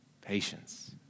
patience